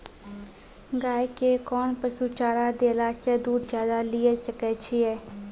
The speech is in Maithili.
गाय के कोंन पसुचारा देला से दूध ज्यादा लिये सकय छियै?